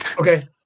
Okay